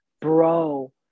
bro